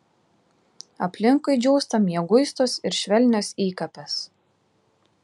aplinkui džiūsta mieguistos ir švelnios įkapės